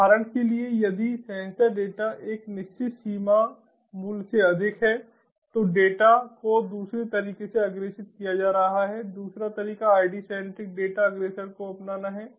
उदाहरण के लिए यदि सेंसर डेटा एक निश्चित सीमा मूल्य से अधिक है तो डेटा को दूसरे तरीके से अग्रेषित किया जा रहा है दूसरा तरीका ID सेंट्रिक डाटा अग्रेषण को अपनाना है